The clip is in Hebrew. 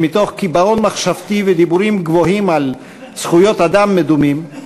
שמתוך קיבעון מחשבתי ודיבורים גבוהים על זכויות אדם מדומות,